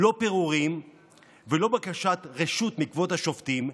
לא פירורים ולא בקשת רשות מכבוד השופטים,